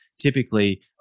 typically